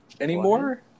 anymore